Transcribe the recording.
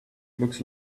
looks